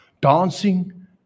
dancing